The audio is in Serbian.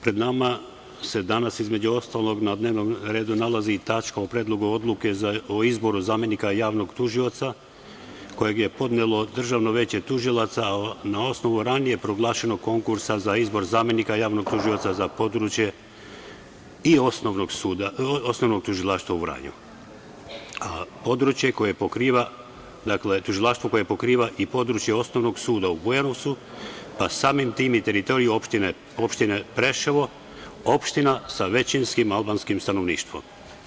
Pred nama se danas, između ostalog, na dnevnom redu nalazi i tačka o Predlogu odluke o izboru zamenika javnog tužioca, koje je podnelo Državno veće tužilaca, na osnovu ranije proglašenog konkursa za izbor zamenika javnog tužioca za područje Osnovnog tužilaštva u Vranju, tužilaštvo koje pokriva i područje Osnovnog suda u Bujanovcu, a samim tim i teritoriju opštine Preševo, opština sa većinskim albanskim stanovništvom.